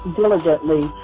diligently